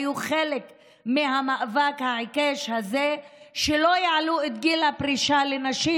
היו חלק מהמאבק העיקש הזה שלא יעלו את גיל הפרישה לנשים